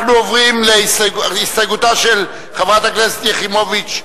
אנחנו עוברים להסתייגותה של חברת הכנסת יחימוביץ,